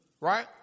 Right